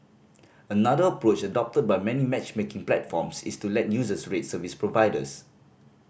another approach adopted by many matchmaking platforms is to let users rate service providers